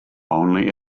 only